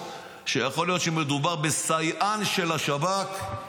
שיכול להיות שמדובר בסייען של השב"כ.